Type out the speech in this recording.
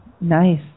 Nice